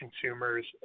consumers